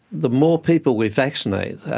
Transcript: the more people we vaccinate,